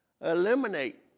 Eliminate